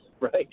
Right